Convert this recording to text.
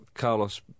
Carlos